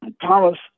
Thomas